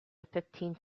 fifteenth